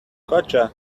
gotcha